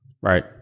Right